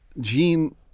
Gene